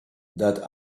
that